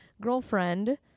girlfriend